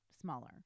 smaller